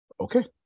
Okay